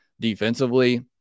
defensively